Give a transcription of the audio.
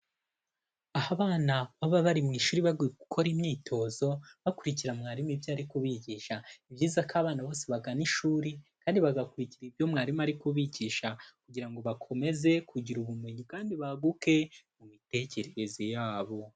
Aho abana baba bari mu ishuri barigukora imyitozo bakurikikira mwarimu ibyo arikubigisha. Ni byiza ko abana bose bagana ishuri kandi bagakurikira ibyo mwarimu arikubigisha kugira ngo bakomeze kugira ubumenyi kandi baguke mu mitekerereze yabo.